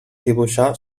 dibuixar